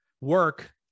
work